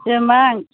जेनेबा